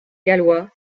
gallois